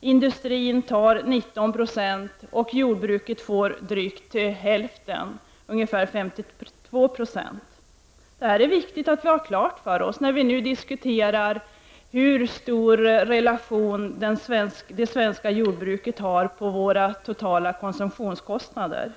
industrin 19 96. Jordbruket får drygt hälften, ungefär 52 I. Det här är viktigt att ha klart för oss när vi diskuterar hur stor påverkan det svenska jordbruket har på våra totala konsumtionskostnader.